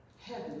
Heaven